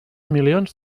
milions